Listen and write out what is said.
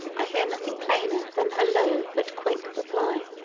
i hear nothing plainer than her low but quick reply